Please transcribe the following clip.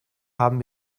haben